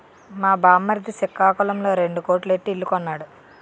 మా బామ్మర్ది సికాకులంలో రెండు కోట్లు ఎట్టి ఇల్లు కొన్నాడు